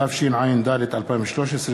התשע"ד 2013,